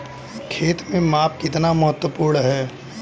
खेत में माप कितना महत्वपूर्ण है?